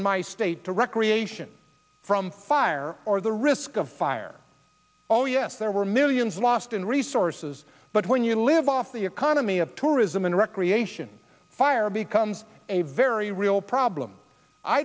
in my state the recreation from fire or the risk of fire oh yes there were millions lost in resources but when you live off the economy of tourism and recreation fire becomes a very real problem i